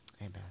Amen